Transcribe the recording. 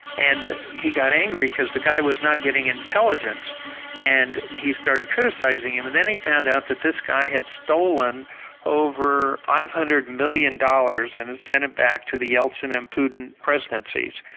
and he got angry because the guy was not getting intelligence and he started criticising him. and then he found out that this guy had stolen over five hundred million dollars and had sent it back to the yeltsin and putin presidencies,